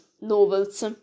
novels